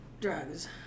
drugs